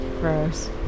Gross